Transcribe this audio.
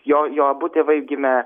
jo jo abu tėvai gimė